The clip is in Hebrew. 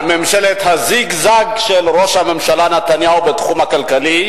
בעשר הדקות על ממשלת הזיגזג של ראש הממשלה נתניהו בתחום הכלכלי.